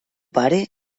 pare